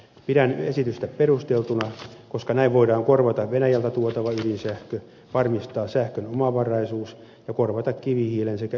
pidän esitystä perusteltuna koska näin voidaan korvata venäjältä tuotava ydinsähkö varmistaa sähkön omavaraisuus ja korvata kivihiilen sekä öljyn käyttöä